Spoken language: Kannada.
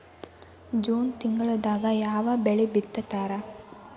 ಜೂನ್ ತಿಂಗಳದಾಗ ಯಾವ ಬೆಳಿ ಬಿತ್ತತಾರ?